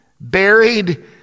buried